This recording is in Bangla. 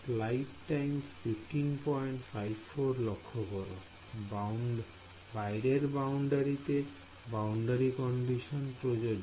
Student বাইরের বাউন্ডারিতে বাউন্ডারি কন্ডিশন প্রযোজ্য